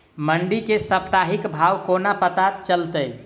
मंडी केँ साप्ताहिक भाव कोना पत्ता चलतै?